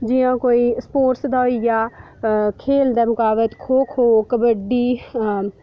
जि'यां कोई स्पोर्टस दा होई गेआ खेल दा मुकाबला होई गेआ खो खो कबड़्डी